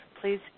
Please